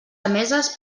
emeses